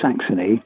Saxony